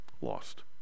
lost